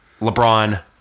LeBron